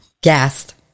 Gassed